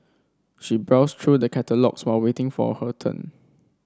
she browsed through the catalogues while waiting for her turn